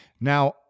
Now